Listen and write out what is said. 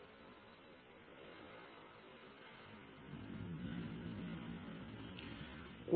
resource প্রকাশের জন্য semaphore signal ব্যবহার করা হয়